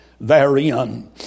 therein